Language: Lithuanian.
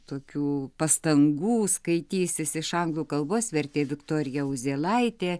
tokių pastangų skaitysis iš anglų kalbos vertė viktorija uzėlaitė